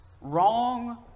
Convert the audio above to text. wrong